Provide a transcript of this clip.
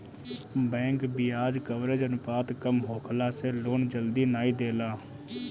bank बियाज coverage अनुपात कम होखला से लोन जल्दी नाइ देला